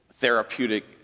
therapeutic